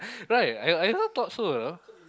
right I I also thought so you know